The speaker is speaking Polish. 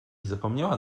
zapomniała